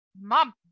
mom